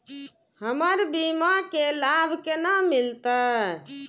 हमर बीमा के लाभ केना मिलते?